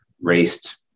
raced